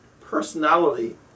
personality